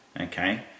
okay